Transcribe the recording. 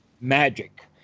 magic